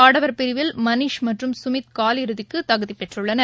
ஆடவர் பிரிவில் மணீஷ் மற்றும் சுமித் கால் இறுதிக்குதகுதிபெற்றுள்ளனர்